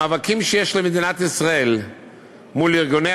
במאבקים של מדינת ישראל מול ארגוני